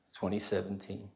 2017